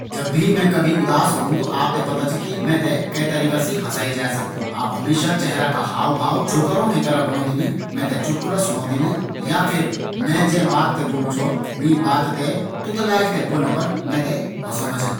ज़ब भी मैं कभी उदास होंदु त आप थें पता च कि मैं थें कै तरीका से हँसाए जै सकदु। आप हमेशा चेहरा का हाव भाव जोकरों की तरह बणोदिन। मैं थें चुटकला सुणोदिन। या फिर मैं जै बात थें बोल्णु छौ वीं बात थें तुतले थें बोलिक मैं थें हंसोन्दा छन।